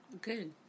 Good